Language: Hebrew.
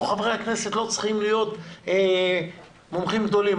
אנחנו חברי הכנסת לא צריכים להיות מומחים גדולים.